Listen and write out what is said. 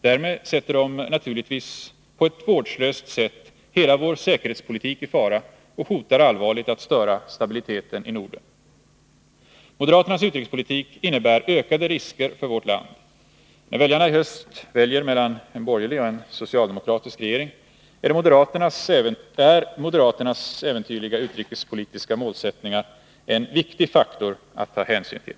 Därmed sätter de naturligtvis på ett vårdslöst sätt hela vår säkerhetspolitik i fara och hotar allvarligt att störa stabiliteten i Norden. Moderaternas utrikespolitik innebär ökade risker för vårt land. När väljarna i höst väljer mellan en borgerlig och en socialdemokratisk regering är moderaternas äventyrliga utrikespolitiska målsättningar en viktig faktor att ta hänsyn till.